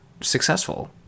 successful